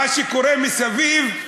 מה שקורה מסביב,